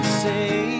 say